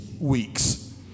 weeks